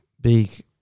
big